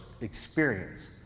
experience